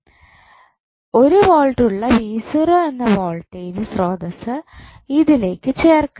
1 volt ഉള്ള എന്ന voltage സ്രോതസ്സ് ഇതിലേക്ക് ചേർക്കണം